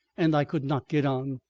and i could not get on.